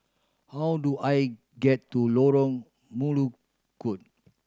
how do I get to Lorong Melukut